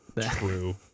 True